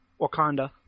Wakanda